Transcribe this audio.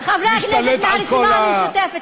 חברי הכנסת מהרשימה המשותפת,